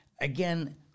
Again